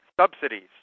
Subsidies